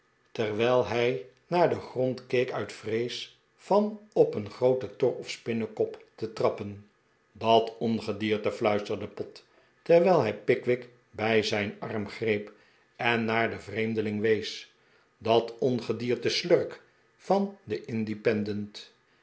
terwijl hij naar den grond keek uit vrees van op een grooten tor of spinnekop te trappen dat ongedierte fluisterde pott terwijl hij pickwick bij zijn arm greep en naar den vreemdeling wees dat ongedierte shirk van den independent